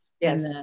Yes